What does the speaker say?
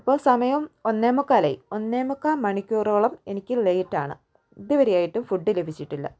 ഇപ്പോൾ സമയം ഒന്നേ മുക്കാലായി ഒന്നേ മുക്കാൽ മണിക്കൂറോളം എനിക്ക് ലേറ്റ് ആണ് ഇത് വരെ ആയിട്ടും ഫുഡ് ലഭിച്ചിട്ടില്ല